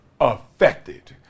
affected